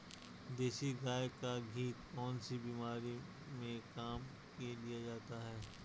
देसी गाय का घी कौनसी बीमारी में काम में लिया जाता है?